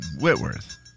Whitworth